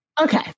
Okay